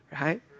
Right